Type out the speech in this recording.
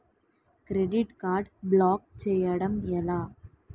Credit card block చేయడం ఎలా?